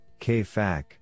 KFAC